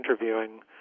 interviewing